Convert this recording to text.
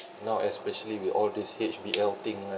now especially with all these H_B_L thing right